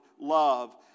love